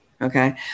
Okay